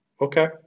okay